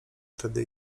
wtedy